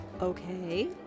Okay